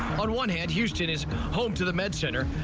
on one hand houston is home to the med center.